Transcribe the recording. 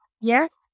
yes